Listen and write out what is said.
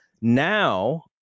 now